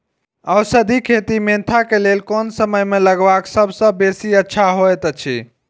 औषधि खेती मेंथा के लेल कोन समय में लगवाक सबसँ बेसी अच्छा होयत अछि?